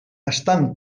estan